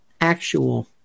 actual